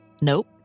Nope